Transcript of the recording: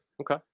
Okay